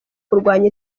kurwanya